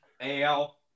AL